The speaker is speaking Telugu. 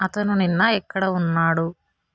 అతను నిన్న ఎక్కడ ఉన్నాడు